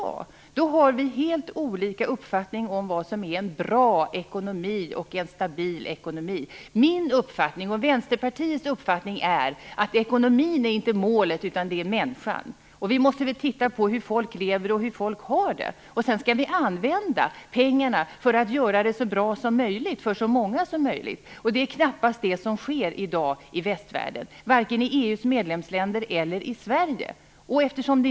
I så fall har vi helt olika uppfattningar om vad som är bra och stabil ekonomi. Min och Vänsterpartiets uppfattning är att ekonomin inte är målet - det är människan. Man måste titta på hur folk lever och har det och sedan använda pengarna för att göra det så bra som möjligt för så många som möjligt. Detta är knappast vad som sker i dag i västvärlden - varken i EU:s medlemsländer eller i Sverige.